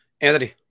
Anthony